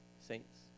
saints